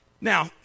Now